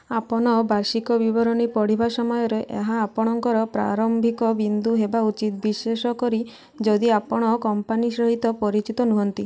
ଆପଣ ବାର୍ଷିକ ବିବରଣୀ ପଢ଼ିବା ସମୟରେ ଏହା ଆପଣଙ୍କର ପ୍ରାରମ୍ଭିକ ବିନ୍ଦୁ ହେବା ଉଚିତ ବିଶେଷ କରି ଯଦି ଆପଣ କମ୍ପାନୀ ସହିତ ପରିଚିତ ନୁହଁନ୍ତି